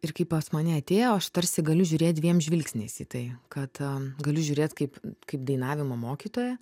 ir kai pas mane atėjo aš tarsi galiu žiūrėt dviem žvilgsniais į tai kad galiu žiūrėt kaip kaip dainavimo mokytoja